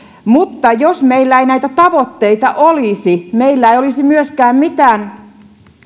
mutta jos meillä ei näitä tavoitteita olisi meillä ei olisi myöskään mitään